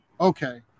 Okay